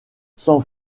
cent